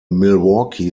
milwaukee